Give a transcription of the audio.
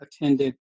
attended